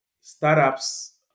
startups